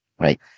right